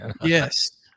yes